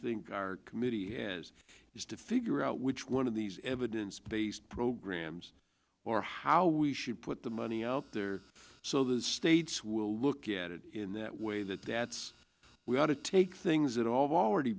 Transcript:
think our committee has is to figure out which one of these evidence based programs or how we should put the money out there so that states will look at it in that way that that's we ought to take things that all of already